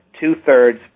two-thirds